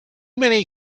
many